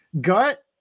Gut